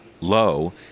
low